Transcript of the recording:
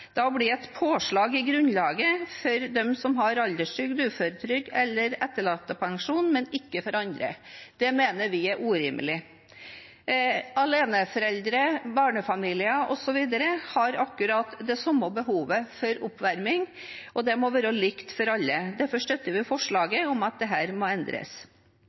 blir et påslag i grunnlaget for dem som har alderstrygd, uføretrygd eller etterlattepensjon, men ikke for andre. Det mener vi er urimelig. Aleneforeldre, barnefamilier osv. har akkurat det samme behovet for oppvarming, og det må være likt for alle. Derfor støtter vi forslaget om at dette må endres.